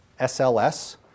SLS